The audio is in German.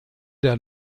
der